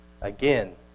Again